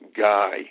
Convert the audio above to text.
guy